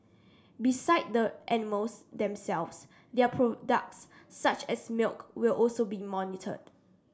beside the animals themselves their products such as milk will also be monitored